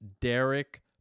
Derek